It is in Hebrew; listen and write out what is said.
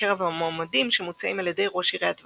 מקרב המועמדים שמוצעים על ידי ראש עיריית ורשה.